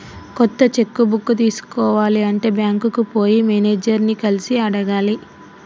కొత్త cheque book తీసుకోవాలి అంటే బ్యాంకుకు పోయి మేనేజర్ ని కలిసి అడగాలి